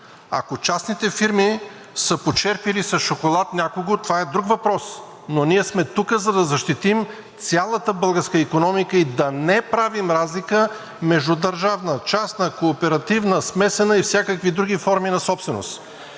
Ако частните фирми са почерпили с шоколад някого, това е друг въпрос, но ние сме тук, за да защитим цялата българска икономика и да не правим разлика между държавна, частна, кооперативна, смесена и всякакви други форми на собственост,